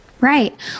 Right